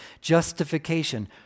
Justification